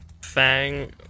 Fang